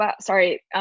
sorry